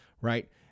Right